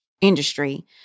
industry